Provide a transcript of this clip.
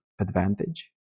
advantage